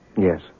Yes